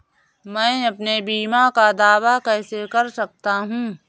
मैं अपने बीमा का दावा कैसे कर सकता हूँ?